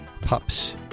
pups